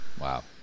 Wow